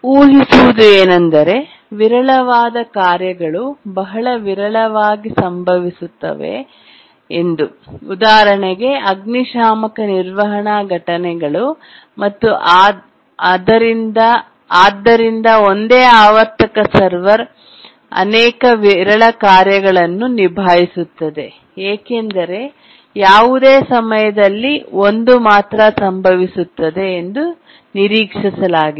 ಊಹಿಸುವುದು ಏನೆಂದರೆ ವಿರಳವಾದ ಕಾರ್ಯಗಳು ಬಹಳ ವಿರಳವಾಗಿ ಸಂಭವಿಸುತ್ತವೆ ಎಂದು ಉದಾಹರಣೆಗೆ ಅಗ್ನಿಶಾಮಕ ನಿರ್ವಹಣಾ ಘಟನೆಗಳು ಮತ್ತು ಆದ್ದರಿಂದ ಒಂದೇ ಆವರ್ತಕ ಸರ್ವರ್ ಅನೇಕ ವಿರಳ ಕಾರ್ಯಗಳನ್ನು ನಿಭಾಯಿಸುತ್ತದೆ ಏಕೆಂದರೆ ಯಾವುದೇ ಸಮಯದಲ್ಲಿ ಒಂದು ಮಾತ್ರ ಸಂಭವಿಸುತ್ತದೆ ಎಂದು ನಿರೀಕ್ಷಿಸಲಾಗಿದೆ